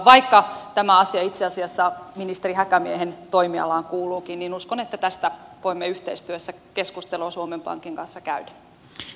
vaikka tämä asia itse asiassa ministeri häkämiehen toimialaan kuuluukin niin uskon että tästä voimme yhteistyössä keskustelua suomen pankin kanssa käydä